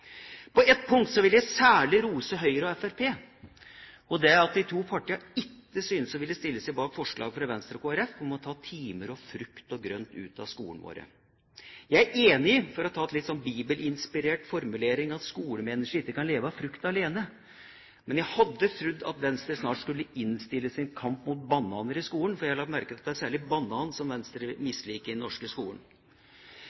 På ett punkt vil jeg særlig rose Høyre og Fremskrittspartiet. Det er at de to partiene ikke synes å ville stille seg bak forslaget fra Venstre og Kristelig Folkeparti om å ta timer, frukt og grønt ut av skolene våre. Jeg er enig i – for å ta en bibelinspirert formulering – at skolemennesket ikke kan leve av frukt alene. Men jeg hadde trodd at Venstre snart skulle innstille sin kamp mot bananer i skolen, for jeg har lagt merke til at det særlig er bananer som Venstre